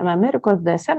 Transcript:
amerikos dsm